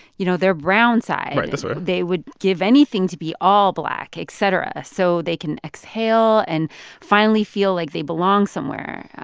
you know, their brown side right. that's fair they would give anything to be all black, et cetera, so they can exhale and finally feel like they belong somewhere,